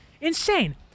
Insane